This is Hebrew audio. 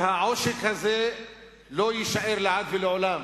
שהעושק הזה לא יישאר לעד ולעולם.